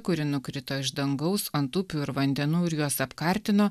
kuri nukrito iš dangaus ant upių ir vandenų ir juos apkartino